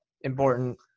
important